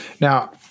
Now